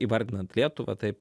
įvardinant lietuvą taip